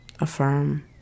Affirm